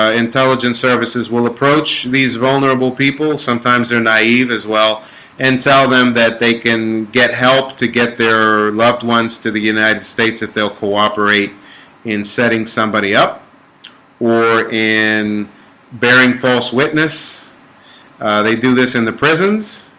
ah intelligence services will approach these vulnerable people sometimes they're naive as well and tell them that they can get help to get there but once to the united states if they'll cooperate in setting somebody up or in bearing false witness they do this in the prisons.